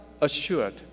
assured